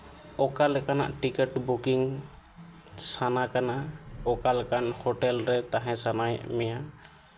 ᱚᱠᱟ ᱞᱮᱠᱟᱱᱟᱜ ticket booking ᱥᱟᱱᱟ ᱠᱟᱱᱟ ᱚᱠᱟ ᱞᱮᱠᱟᱱ ᱦᱳᱴᱮᱹᱞ ᱨᱮ ᱛᱟᱦᱮᱸ ᱥᱟᱱᱟᱭᱮᱫ ᱢᱮᱭᱟ